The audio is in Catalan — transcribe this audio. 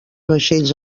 vaixells